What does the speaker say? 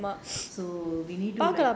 all those things are there